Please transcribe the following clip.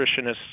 nutritionists